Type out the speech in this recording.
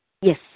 Yes